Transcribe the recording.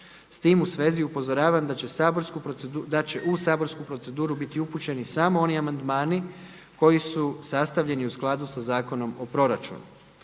S tim u svezi upozoravam da će u saborsku proceduru biti upućeni samo oni amandmani koji su sastavljeni u skladu sa Zakonom o proračunu.